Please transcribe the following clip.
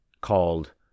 called